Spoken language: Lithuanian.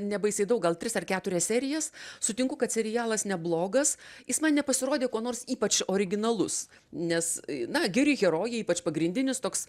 nebaisiai daug gal tris ar keturias serijas sutinku kad serialas neblogas jis man nepasirodė kuo nors ypač originalus nes na geri herojai ypač pagrindinis toks